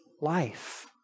life